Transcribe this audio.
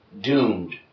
doomed